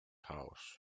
house